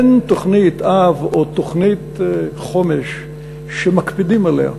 אין תוכנית אב או תוכנית חומש שמקפידים עליה.